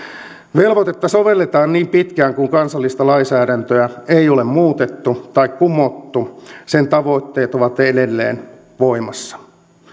velvoitetta sovelletaan niin pitkään kuin kansallista lainsäädäntöä ei ole muutettu tai kumottu ja sen tavoitteet ovat edelleen voimassa